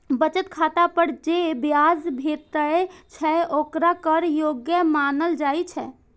बचत खाता पर जे ब्याज भेटै छै, ओकरा कर योग्य मानल जाइ छै